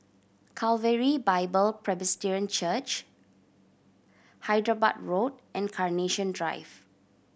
Calvary Bible Presbyterian Church Hyderabad Road and Carnation Drive